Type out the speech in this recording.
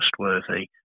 trustworthy